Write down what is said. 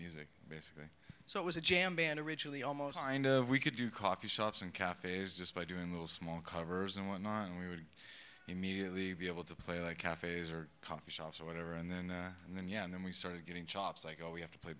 music basically so it was a jam band originally almost kind of we could do coffee shops and cafes just by doing little small covers and one night we would immediately be able to play like cafes or coffee shops or whatever and then and then yeah and then we started getting chops like oh we have to play